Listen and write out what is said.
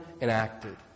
enacted